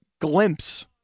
glimpse